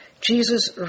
Jesus